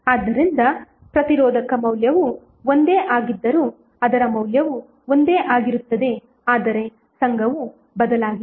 ಆದ್ದರಿಂದ ಪ್ರತಿರೋಧಕ ಮೌಲ್ಯವು ಒಂದೇ ಆಗಿದ್ದರೂ ಅದರ ಮೌಲ್ಯವು ಒಂದೇ ಆಗಿರುತ್ತದೆ ಆದರೆ ಸಂಘವು ಬದಲಾಗಿದೆ